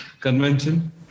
convention